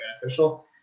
beneficial